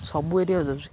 ସବୁ ଏରିଆରେ ଯାଉଛି